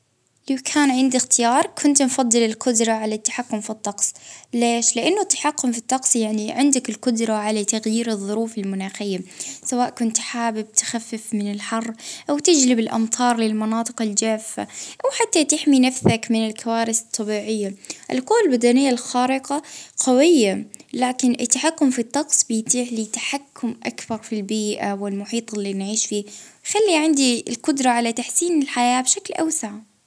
آ نختار أن نتحكم في الطقس لحتى نعاون الناس ونساعدهم، يعني أن كيف يقضوا على الجفاف ونمنع العواصف ونخلق توازن في المناخ.